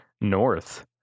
north